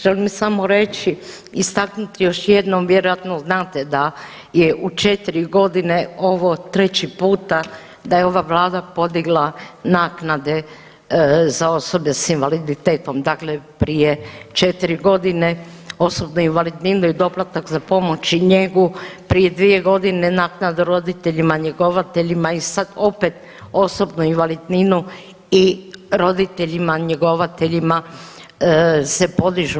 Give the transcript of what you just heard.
Želim samo reći, istaknuti još jednom vjerojatno znate da je u 4 godine ovo treći puta da je ova Vlada podigla naknade za osobe sa invaliditetom, dakle prije 4 godine osobnu invalidninu i doplatak za pomoć i njegu, prije dvije godine naknadu roditeljima njegovateljima i sad opet osobnu invalidninu i roditeljima njegovateljima se podižu